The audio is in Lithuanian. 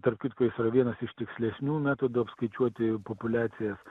tarp kitko jis yra vienas iš tikslesnių metodų apskaičiuoti populiacijas